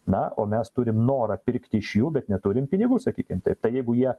na o mes turim norą pirkti iš jų bet neturim pinigų sakykim taip jeigu jie